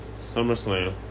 SummerSlam